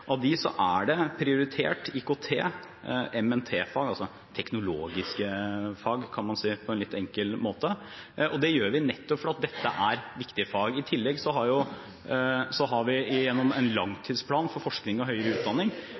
Av dem er det prioritert IKT, MNT-fag, altså teknologiske fag kan man si på en litt enkel måte, og det gjør vi nettopp fordi dette er viktige fag. I tillegg har vi gjennom Langtidsplan for forskning og høyere utdanning